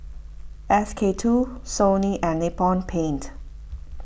S K two Sony and Nippon Paint